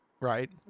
Right